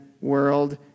world